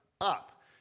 Up